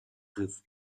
riss